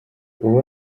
uwo